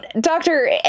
doctor